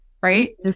Right